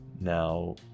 Now